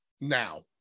now